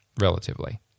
relatively